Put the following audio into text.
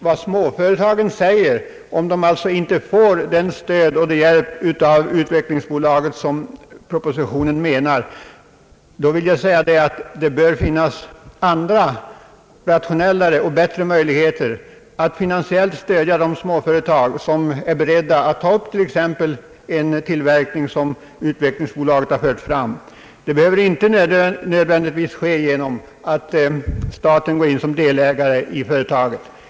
Om småföretagen inte får det stöd och den hjälp av utvecklingsbolaget som propositionen avser, bör det finnas andra, rationellare och bättre möjligheter att finansiellt stödja de småföretag som är beredda att ta upp t.ex. en tillverkning som utvecklingsbolaget har fört tram. Det behöver inte nödvändigtvis ske genom att staten genom utvecklingsbolaget går in som delägare i företaget.